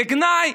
בגנאי,